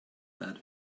that